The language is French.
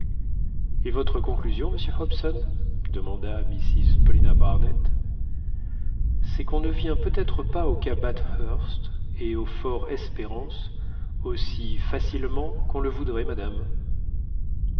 et votre conclusion monsieur hobson demanda mrs paulina barnett c'est qu'on ne vient peut-être pas au cap bathurst et au fortespérance aussi facilement qu'on le voudrait madame